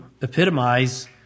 epitomize